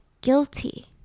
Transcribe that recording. guilty